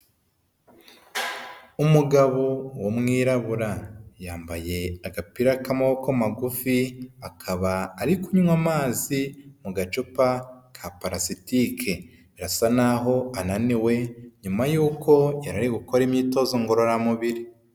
Umugabo w'umwirabura yambaye agapira k'amaboko magufi akaba ari kunywa amazi mu gacupa ka palasitike birasa naho' ananiwe nyuma yuko yari ari gukora imyitozo ngororamubiri.